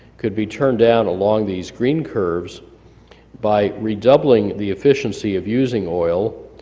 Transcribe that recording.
could be turned down along these green curves by redoubling the efficiency of using oil.